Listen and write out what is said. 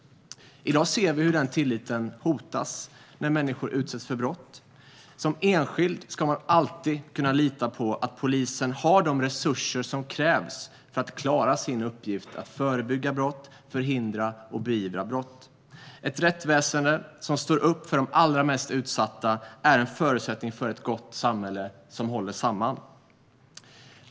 I dag ser vi hur den tilliten hotas när människor utsätts för brott. Som enskild ska man alltid kunna lita på att polisen har de resurser som krävs för att klara sin uppgift att förebygga, förhindra och beivra brott. Ett rättsväsen som står upp för de allra mest utsatta är en förutsättning för ett gott samhälle som håller samman.